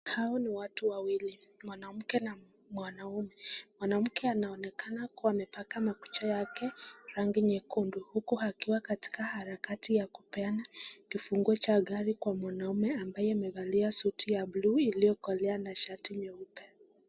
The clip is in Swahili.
Hao ni watu wawili mwanamke na mwanaume mwanamke anaoekana kuwa amepaka makucha yake rangi nyekundu huku akiwa katika harakati ya kupeana kifunguo cha gari kwa mwanaume ambaye amevalia suti ya buluu iliyokolea na shati nyeupe.